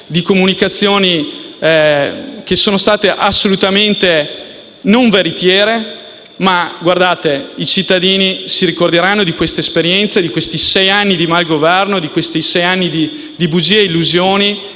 di comunicazioni che sono state assolutamente non veritiere. Ma, guardate i cittadini si ricorderanno di quest'esperienza, di questi sei anni di malgoverno, di bugie, di illusioni.